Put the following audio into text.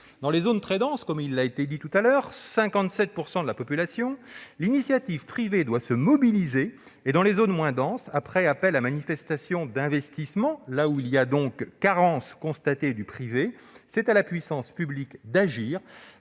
Dans les zones très denses, soit 57 % de la population, l'initiative privée doit se mobiliser et, dans les zones moins denses, après appel à manifestation d'intention d'investissement, là où il y a donc une carence constatée du privé, c'est à la puissance publique d'agir